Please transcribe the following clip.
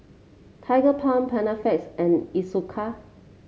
Tigerbalm Panaflex and Isocal